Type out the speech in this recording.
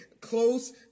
Close